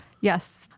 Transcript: Yes